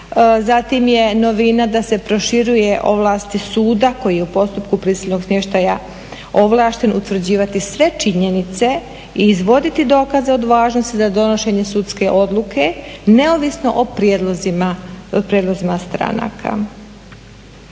zatim je novina da se proširuje ovlasti suda koji je u postupku prisilnog smještaja ovlašten utvrđivati sve činjenice i izvoditi dokaze od važnosti za donošenje sudske odluke neovisno o prijedlozima stranaka.